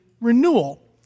renewal